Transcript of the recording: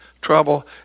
trouble